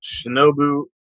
Shinobu